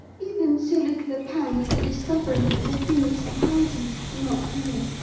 even so little a pang as the discovery that the things he prizes are not real.